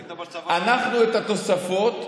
כשהיית בצבא, אנחנו, את התוספות,